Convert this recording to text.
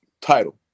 title